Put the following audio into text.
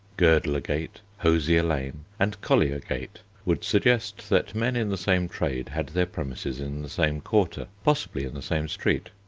girdlergate, hosier lane, and colliergate would suggest that men in the same trade had their premises in the same quarter, possibly in the same street.